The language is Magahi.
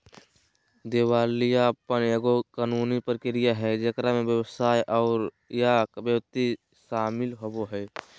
दिवालियापन एगो कानूनी प्रक्रिया हइ जेकरा में व्यवसाय या व्यक्ति शामिल होवो हइ